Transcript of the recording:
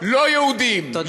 לא יהודים, תודה רבה.